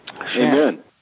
Amen